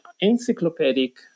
encyclopedic